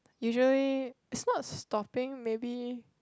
usually it's not stopping maybe